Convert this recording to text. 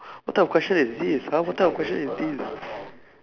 what type of question is this !huh! what type of question is this